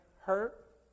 hurt